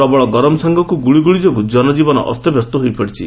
ପ୍ରବଳ ଗରମ ସାଙ୍ଗକୁ ଗୁଳୁଗୁଳି ଯୋଗୁଁ କନକୀବନ ଅସ୍ତବ୍ୟସ୍ତ ହୋଇପଡ଼ିଛି